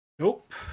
Nope